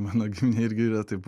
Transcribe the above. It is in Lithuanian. mano giminėj irgi yra taip